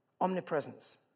omnipresence